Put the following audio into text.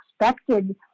expected